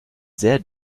sehr